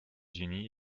unis